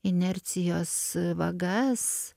inercijos vagas